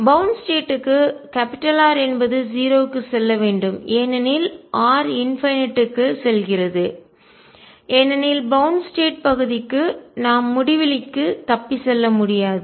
bound state க்கு R என்பது 0 க்கு செல்ல வேண்டும் ஏனெனில் r இன்பைன்நட் க்கு முடிவிலி செல்கிறது ஏனெனில் பௌவ்ன்ட் ஸ்டேட் பகுதிக்கு நாம் முடிவிலிக்கு தப்பி செல்ல முடியாது